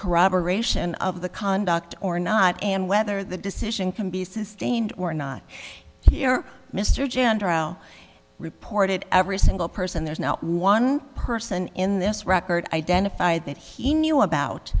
corroboration of the conduct or not and whether the decision can be sustained or not mr gentile reported every single person there's no one person in this record identified that he knew about